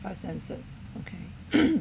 five senses okay